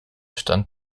stand